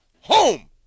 home